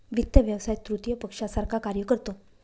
वित्त व्यवसाय तृतीय पक्षासारखा कार्य करतो